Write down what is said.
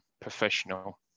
professional